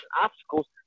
obstacles